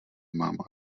mám